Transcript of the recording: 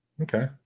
Okay